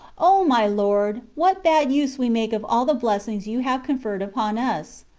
o my lord! what bad use we make of all the blessings you have conferred upon us.